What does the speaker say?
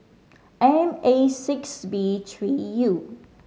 M A six B three U